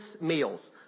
meals